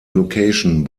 location